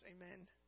Amen